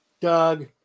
Doug